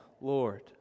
lord